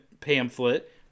pamphlet